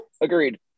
agreed